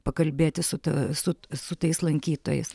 pakalbėti su ta su su tais lankytojais